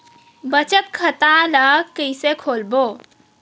बचत खता ल कइसे खोलबों?